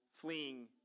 fleeing